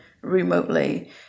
remotely